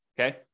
okay